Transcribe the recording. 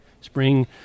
Spring